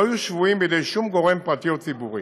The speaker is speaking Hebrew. יהיו שבויים בידי שום גורם פרטי או ציבורי.